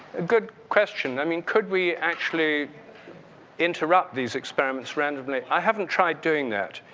good question. i mean, could we actually interrupt these experiments randomly? i haven't tried doing that.